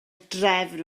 drefn